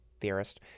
theorist